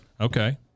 Okay